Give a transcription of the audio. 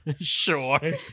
sure